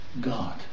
God